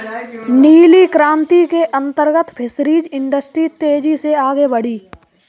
नीली क्रांति के अंतर्गत फिशरीज इंडस्ट्री तेजी से आगे बढ़ी